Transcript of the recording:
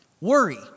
worry